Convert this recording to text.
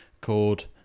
called